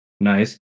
nice